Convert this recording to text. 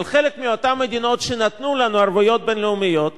אבל חלק מאותן מדינות שנתנו לנו ערבויות בין-לאומיות,